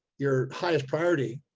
your highest priority,